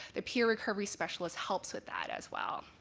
the peer recovery specialist helps with that as well.